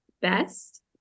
best